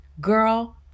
girl